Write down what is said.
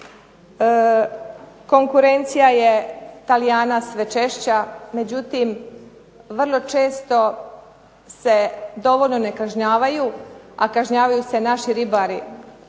konkurencija je Talijana sve češća, međutim vrlo često se dovoljno ne kažnjavaju, a kažnjavaju se naši ribari.